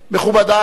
מכובדי,